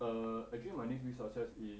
err actually my next big success is